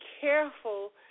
careful